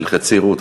תלחצי, רות.